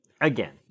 Again